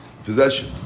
possession